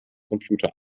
computer